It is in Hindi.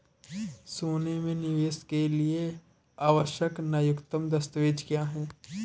सोने में निवेश के लिए आवश्यक न्यूनतम दस्तावेज़ क्या हैं?